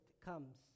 comes